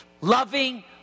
loving